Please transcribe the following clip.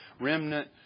remnant